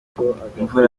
imvura